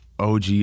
og